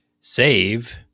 save